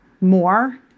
more